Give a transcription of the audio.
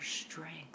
strength